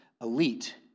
elite